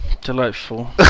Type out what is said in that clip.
Delightful